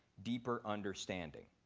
deeper understanding.